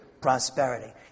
prosperity